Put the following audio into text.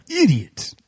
Idiot